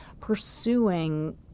pursuing